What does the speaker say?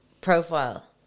profile